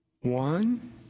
one